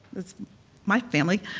that's my family,